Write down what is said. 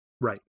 Right